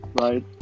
right